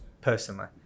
personally